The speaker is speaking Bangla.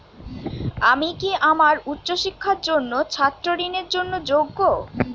আমি কি আমার উচ্চ শিক্ষার জন্য ছাত্র ঋণের জন্য যোগ্য?